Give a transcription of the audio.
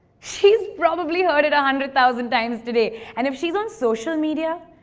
she's probably heard it a hundred thousand times today. and if she's on social media,